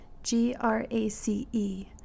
g-r-a-c-e